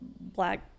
black